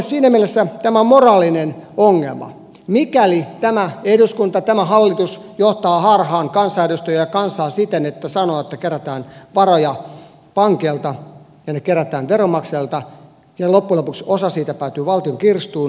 siinä mielessä tämä on moraalinen ongelma mikäli tämä hallitus johtaa harhaan kansanedustajia ja kansaa siten että sanoo että kerätään varoja pankeilta ja ne kerätään veronmaksajilta ja loppujen lopuksi osa niistä päätyy valtion kirstuun